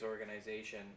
organization